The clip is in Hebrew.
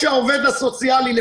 כפי שהעובד הסוציאלי פועל,